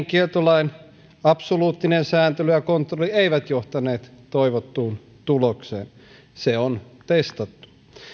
kieltolain absoluuttinen sääntely ja kontrolli eivät johtaneet toivottuun tulokseen se on testattu